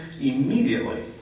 immediately